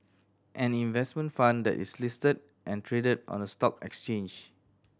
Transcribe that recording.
an investment fund that is listed and traded on a stock exchange